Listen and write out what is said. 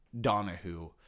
Donahue